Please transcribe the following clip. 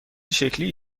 شکلی